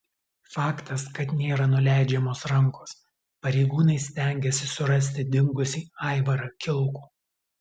faktas kad nėra nuleidžiamos rankos pareigūnai stengiasi surasti dingusį aivarą kilkų